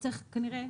צריך כנראה.